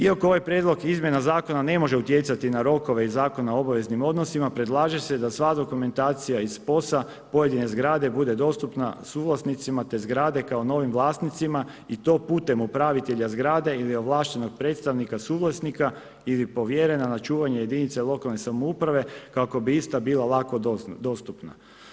Iako ovaj prijedlog izmjena zakona ne može utjecati na rokove i Zakona o obavezni odnosima, predlaže se da sva dokumentacije iz POS-a pojedine zgrade bude dostupna suvlasnicima, te zgrade kao novim vlasnicima i to putem upravitelja zgrade ili ovlaštenog predstavnika, suvlasnika ili povjerena na čuvanje jedinice lokalne samouprave, kako bi ista bila lako dostupna.